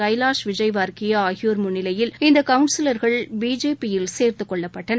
கைலாஷ் விஜய் வர்கியா ஆகியோர் முன்னிலையில் இந்த கவுன்சிலர்கள் பிஜேபியில் சேர்த்துக் கொள்ளப்பட்டனர்